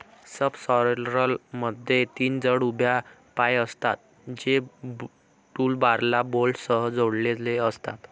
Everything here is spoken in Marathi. सबसॉयलरमध्ये तीन जड उभ्या पाय असतात, जे टूलबारला बोल्टसह जोडलेले असतात